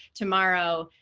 tomorrow,